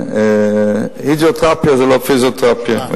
אחר, שהידרותרפיה זה לא פיזיותרפיה.